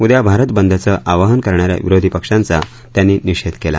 उद्या भारत बदचं आवाहन करणा या विरोधी पक्षांचा त्यांनी निषेध केला